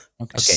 Okay